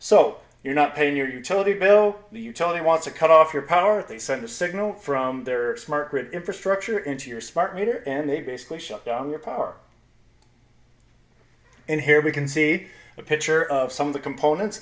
so you're not paying your utility bill the utility wants a cut off your power they send a signal from their smart grid infrastructure into your smart meter and they basically shut down your power and here we can see a picture of some of the components